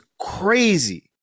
crazy